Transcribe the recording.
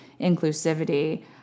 inclusivity